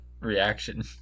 reaction